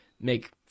make